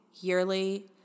yearly